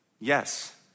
Yes